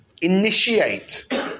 initiate